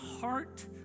heart